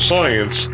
Science